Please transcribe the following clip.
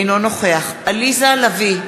אינו נוכח עליזה לביא,